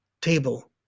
table